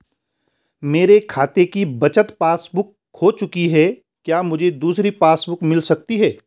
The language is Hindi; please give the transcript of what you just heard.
मेरे खाते की बचत पासबुक बुक खो चुकी है क्या मुझे दूसरी पासबुक बुक मिल सकती है?